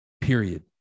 Period